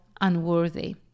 unworthy